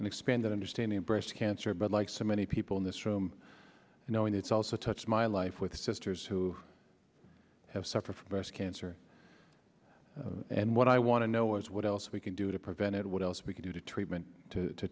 and expanded understanding breast cancer but like so many people in this room you know and it's also touched my life with sisters who have suffered from breast cancer and what i want to know is what else we can do to prevent it what else we can do to treatment to t